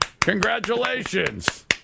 Congratulations